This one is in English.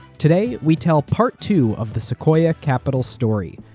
today, we tell part two of the sequoia capital story.